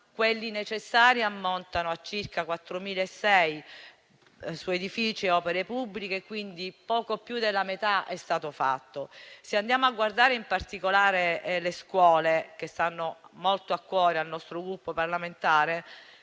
quelli necessari ammontano però a circa 4.600 su edifici e opere pubbliche, quindi poco più della metà è stato fatto. Se andiamo a guardare in particolare le scuole, che stanno molto a cuore al nostro Gruppo parlamentare,